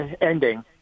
ending